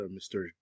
Mr